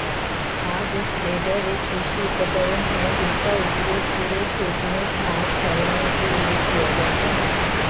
खाद स्प्रेडर एक कृषि उपकरण है जिसका उपयोग पूरे खेत में खाद फैलाने के लिए किया जाता है